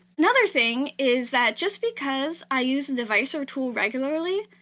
another thing is that just because i use a device or tool regularly,